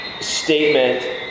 statement